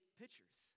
pictures